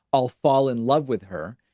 i'll fall in love with her.